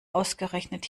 ausgerechnet